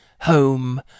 home